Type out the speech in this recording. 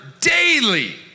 daily